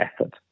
effort